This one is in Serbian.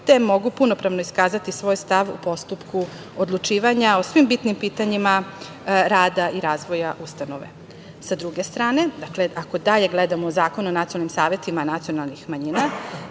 te mogu punopravno iskazati svoj stav u postupku odlučivanja, o svim bitnim pitanjima rada i razvoja ustanove.S druge strane, ako dalje gledamo Zakon o nacionalnim savetima nacionalnih manjina,